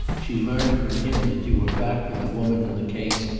she learned from him that you were back with the woman in the case,